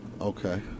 Okay